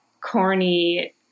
corny